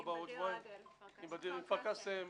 עם באדיר מכפר קאסם,